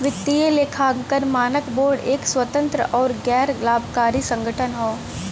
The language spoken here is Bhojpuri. वित्तीय लेखांकन मानक बोर्ड एक स्वतंत्र आउर गैर लाभकारी संगठन हौ